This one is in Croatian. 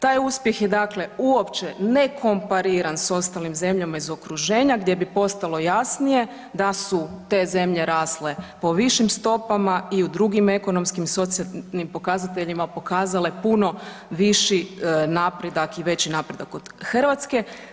Taj uspjeh je dakle uopće nekompariran s ostalim zemljama iz okruženja gdje bi postalo jasnije da su te zemlje rasle po višim stopama i u drugim ekonomskim i socijalnim pokazateljima pokazale puno viši napredak i veći napredak od Hrvatske.